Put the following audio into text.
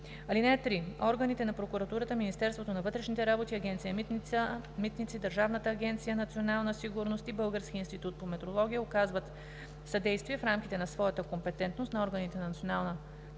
искания. (3) Органите на прокуратурата, Министерството на вътрешните работи, Агенция „Митници“, Държавната агенция „Национална сигурност“ и Българския институт по метрология оказват съдействие в рамките на своята компетентност на органите на Националната